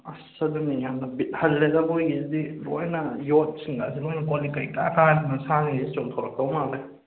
ꯑꯁ ꯑꯗꯨꯅꯦ ꯌꯥꯝꯅ ꯕꯤꯠ ꯍꯜꯂꯦꯗ ꯃꯣꯏꯒꯤꯁꯤꯗꯤ ꯂꯣꯏꯅ ꯌꯣꯠꯁꯤꯡꯒꯁꯦ ꯂꯣꯏꯅ ꯀꯣꯜꯂꯤꯡꯒ ꯏꯀꯥ ꯀꯔꯥꯗꯅ ꯁꯥꯉꯩꯁꯦ ꯆꯣꯡꯊꯣꯔꯛꯇꯧ ꯃꯥꯜꯂꯦ